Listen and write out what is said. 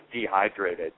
dehydrated